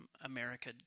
America